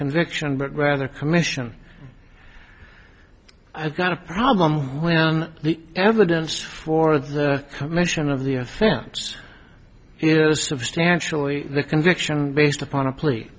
conviction but rather commission i've got a problem when the evidence for the commission of the offense is substantially the conviction based upon a pl